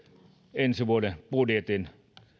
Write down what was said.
ensi vuoden budjetin